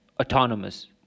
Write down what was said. autonomous